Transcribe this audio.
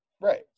Right